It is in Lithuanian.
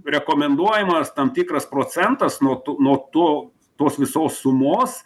rekomenduojamas tam tikras procentas nuo tų nuo to tos visos sumos